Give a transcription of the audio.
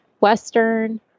Western